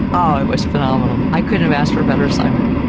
oh, it was phenomenal. i couldn't have asked for a better assignment.